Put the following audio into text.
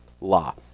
Law